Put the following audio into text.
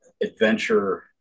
adventure